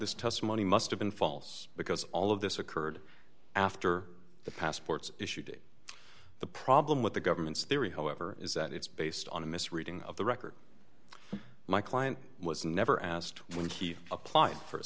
this testimony must have been false because all of this occurred after the passports issued the problem with the government's theory however is that it's based on a misreading of the record my client was never asked when he applied for